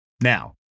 Now